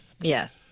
yes